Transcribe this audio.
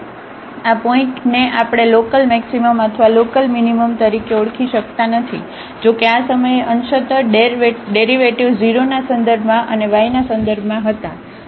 તેથી આ પોઇન્ટને આપણે લોકલમેક્સિમમ અથવા લોકલમીનીમમ તરીકે ઓળખી શકતા નથી જોકે આ સમયે અંશત der ડેરિવેટિવ્ઝ 0 ના સંદર્ભમાં અને y ના સંદર્ભમાં હતા